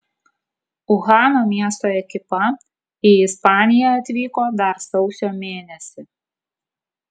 uhano miesto ekipa į ispaniją atvyko dar sausio mėnesį